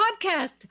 podcast